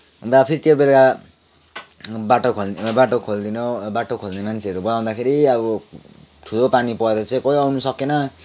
अन्त फेरि त्यो बेला बाटो खोलिदिने बाटो खोलिदिने बाटो खोल्ने मान्छेहरू बोलाउँदाखेरि अब ठुलो पानी परेर चाहिँ कोही आउन सकेन